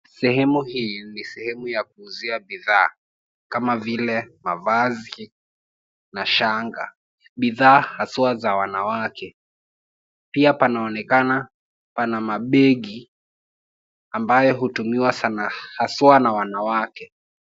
Sehemu hii ni sehemu ya kuuzia bidhaa kama vile mavazi na shanga, bidhaa haswa za wanawake. Pia panaonekana pana mabegi ambayo hutumiwa sana haswa na wanawake.